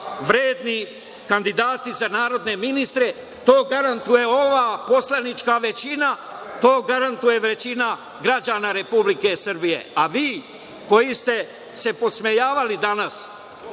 vredni kandidati za narodne ministre, to garantuje ova poslanička većina, to garantuje većina građana Republike Srbije, a vi koji ste se podsmejavali danas,